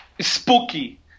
spooky